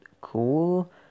cool